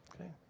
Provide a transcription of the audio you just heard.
Okay